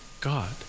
God